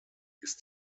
ist